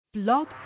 Blog